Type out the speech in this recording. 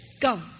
Go